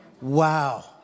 Wow